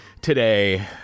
today